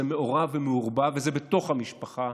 זה מעורב ומעורבב וזה בתוך המשפחה,